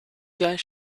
guys